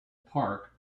park